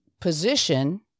position